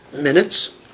Minutes